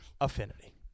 Affinity